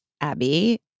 Abby